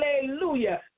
Hallelujah